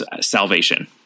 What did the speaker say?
salvation